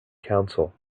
council